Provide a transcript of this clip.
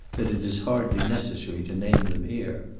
that it is hardly necessary to name them here.